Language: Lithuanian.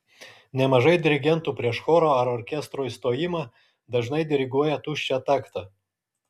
nemažai dirigentų prieš choro ar orkestro įstojimą dažnai diriguoja tuščią taktą